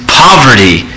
poverty